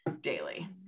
daily